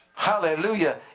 Hallelujah